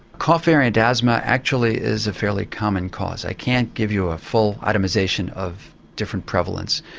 cough variant asthma actually is a fairly common cause. i can't give you a full itemisation of different prevalence.